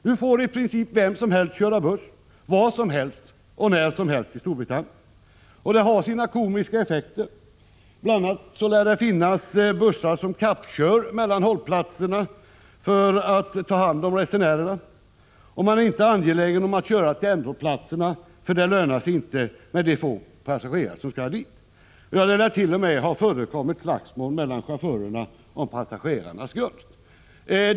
Nu får i princip vem som helst köra buss var som helst och när som helst i Storbritannien, och det har sina komiska effekter. Bl. a. lär det finnas bussar som kappkör mellan hållplatserna för att ta hand om resenärerna, och man är inte angelägen om att köra till ändhållplatserna, för det lönar sig inte med de få passagerare som skall dit. Det lär t.o.m. ha förekommit slagsmål mellan chaufförerna om passagerarnas gunst.